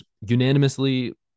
unanimously